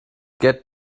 get